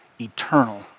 eternal